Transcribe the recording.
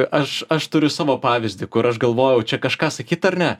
aš aš turiu savo pavyzdį kur aš galvojau čia kažką sakyt ar ne